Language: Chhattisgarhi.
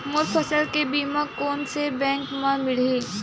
मोर फसल के बीमा कोन से बैंक म मिलही?